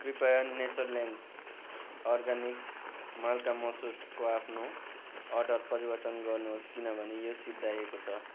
कृपया Natureland Organics माल्का मसुरको आफ्नो अर्डर परिवर्तन गर्नुहोस् किनभने यो सिद्धाएको छ